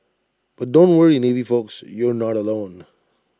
but don't worry navy folks you're not alone